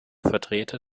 vertreter